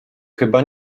chyba